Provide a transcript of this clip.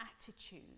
attitude